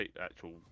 actual